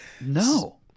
No